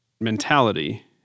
mentality